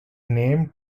name